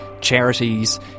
charities